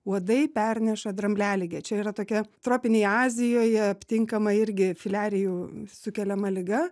uodai perneša dramblialigę čia yra tokia tropinėj azijoje aptinkama irgi filiarijų sukeliama liga